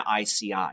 ICI